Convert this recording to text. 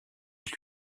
élus